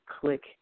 click